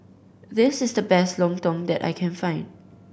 this is the best lontong that I can find